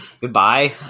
goodbye